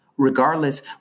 Regardless